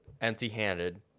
empty-handed